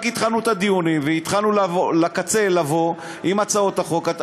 רק התחלנו את הדיונים והתחלנו לבוא לקצה עם הצעות החוק,